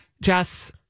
Jess